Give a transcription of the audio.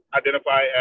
identify